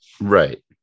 Right